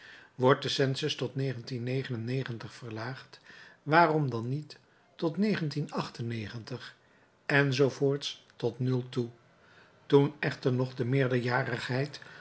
wordt de census tot verlaagd waarom dan niet tot enz tot nu toe toen echter nog de